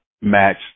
match